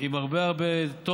עם הרבה תוכן